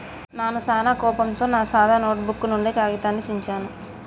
నాను సానా కోపంతో నా సాదా నోటుబుక్ నుండి కాగితాన్ని చించాను